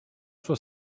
sua